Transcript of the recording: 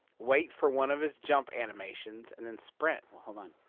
wait for one of his jump animations, and then sprint. hold on.